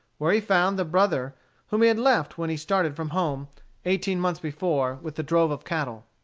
where he found the brother whom he had left when he started from home eighteen months before with the drove of cattle.